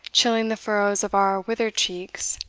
chilling the furrows of our withered cheeks,